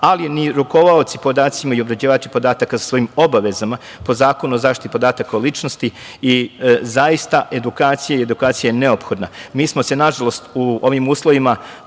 ali ni rukovaoci podacima i obrađivači podataka o svojim obavezama po Zakonu o zaštiti podataka o ličnosti. Zaista, edukacija je neophodna. Mi smo se, nažalost, u ovim uslovima